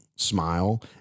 smile